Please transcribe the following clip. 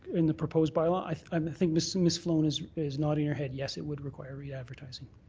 in the proposed bylaw? i um think miss and miss sloan is is nodding her head yes, it would require readvertising.